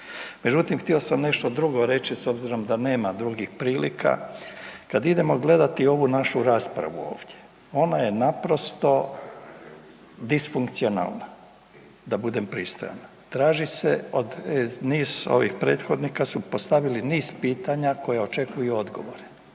Međutim htio sam nešto drugo reći s obzirom da nema drugih prilika, kad idemo gledati ovu našu raspravu ovdje, ona je naprosto disfunkcionalna, da budem pristojan, traži se od, niz ovih prethodnika su postavili niz pitanja koja očekuju odgovore,